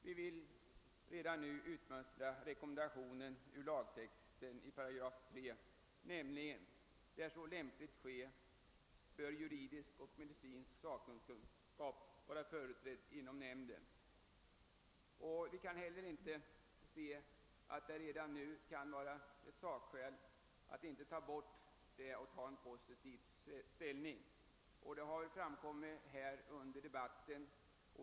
Vi önskar därför utmönstra ur lagtextens 3 8 rekommendationen: »Där så lämpligen kan ske, bör juridisk och medicinsk sakkunskap vara företrädd inom nämnden.» Vi kan inte se att det finns några sakskäl att inte ta bort detta. Den uppfattningen har framkommit under debatten.